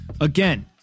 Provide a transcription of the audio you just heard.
again